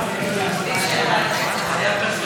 מי נגד?